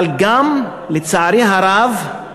אבל גם, לצערי הרב,